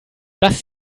das